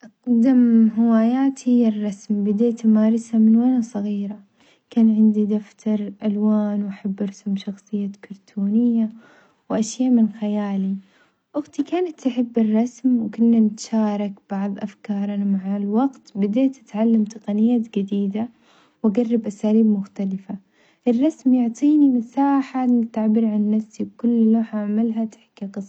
أقدم هواياتي هي الرسم بديت أمارسها من وأنا صغيرة، كان عندي دفتر ألوان وأحب أرسم شخصيات كرتونية وأشياء من خيالي، أختي كانت تحب الرسم وكنا نتشارك بعظ أفكارنا، مع الوقت بديت أتعلم تقنيات جديدة وأجرب أساليب مختلفة، الرسم يعطيني مساحة للتعبير عن نفسي، وكل لوحة أعملها تحكي قصة.